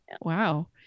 Wow